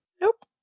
Nope